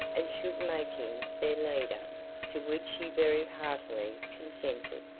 and should make him their leader to which he very heartily consented.